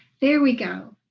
there we go.